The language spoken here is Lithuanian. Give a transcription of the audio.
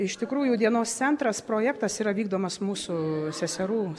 iš tikrųjų dienos centras projektas yra vykdomas mūsų seserų